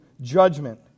judgment